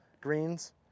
greens